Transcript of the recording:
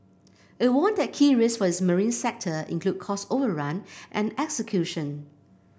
it warned that key risks for its marine sector include cost overrun and execution